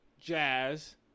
Jazz